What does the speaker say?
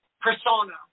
persona